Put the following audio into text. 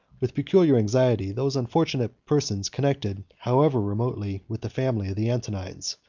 with peculiar anxiety, those unfortunate persons connected, however remotely, with the family of the antonines,